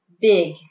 big